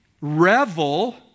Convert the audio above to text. revel